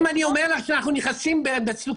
אם אני אומר לך שאנחנו נכנסים בסוכות